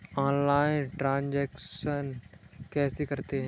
Online transaction कैसे करते हैं?